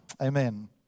Amen